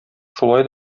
шулай